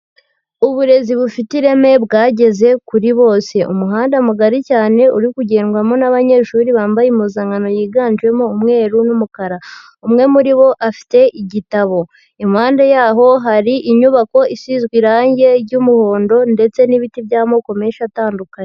Uburezi bufite ireme bwageze kuri bose, umuhanda mugari cyane uri kugendwamo n'abanyeshuri bambaye impuzankano yiganjemo umweru n'umukara, umwe muri bo afite igitabo, impande yaho hari inyubako isizwe irange ry'umuhondo ndetse n'ibiti by'amoko menshi atandukanye.